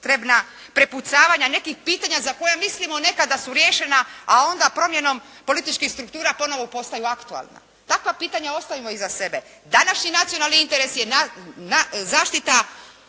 bespotrebna prepucavanja nekih pitanja za koja mislimo nekad da su riješena, a onda promjenom političkih struktura ponovo postaju aktualna. Takva pitanja ostavimo iza sebe. Današnji nacionalni interes je zaštita